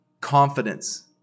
confidence